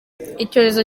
icyorezo